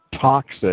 toxic